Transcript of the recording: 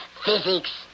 Physics